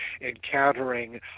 encountering